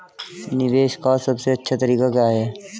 निवेश का सबसे अच्छा तरीका क्या है?